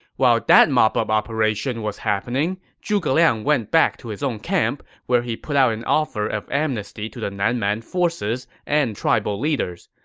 while that mop-up operation was happening, zhuge liang went back to his own camp, where he put out an offer of amnesty to the nan man forces and tribal leaders.